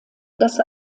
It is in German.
das